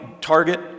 Target